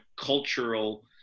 cultural